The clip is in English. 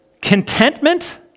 Contentment